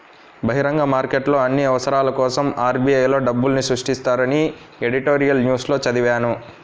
బహిరంగ మార్కెట్లో అన్ని అవసరాల కోసరం ఆర్.బి.ఐ లో డబ్బుల్ని సృష్టిస్తారని ఎడిటోరియల్ న్యూస్ లో చదివాను